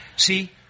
see